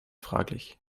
fraglich